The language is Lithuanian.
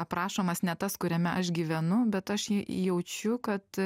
aprašomas ne tas kuriame aš gyvenu bet aš jį jaučiu kad